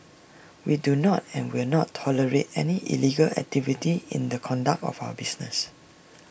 we do not and will not tolerate any illegal activity in the conduct of our business